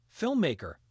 filmmaker